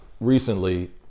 recently